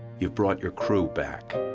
you brought your crew back,